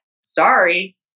Sorry